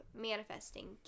manifesting